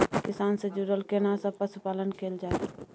किसान से जुरल केना सब पशुपालन कैल जाय?